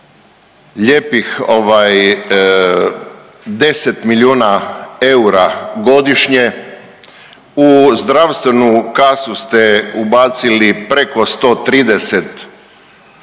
lijepih 10 milijuna eura godišnje. U zdravstvenu kasu ste ubacili preko 130 milijuna